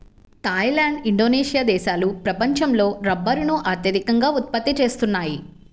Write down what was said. Thai land, Indonesia దేశాలు ప్రపంచంలో రబ్బరును అత్యధికంగా ఉత్పత్తి చేస్తున్నాయి